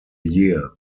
year